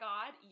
God